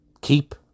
keep